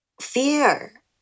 fear